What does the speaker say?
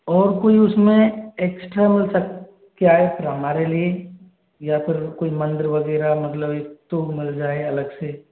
और कोई उसमें एक्स्ट्रा मिल सक क्या है फिर हमारे लिए या फिर कोई मंदिर वगैरह मतलब एक तो मिल जाए अलग से